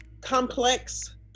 complex